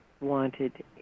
wanted